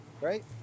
Right